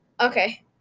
Okay